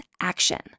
action